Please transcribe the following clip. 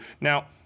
now